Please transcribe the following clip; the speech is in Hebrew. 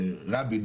לרבין.